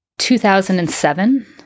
2007